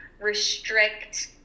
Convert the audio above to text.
restrict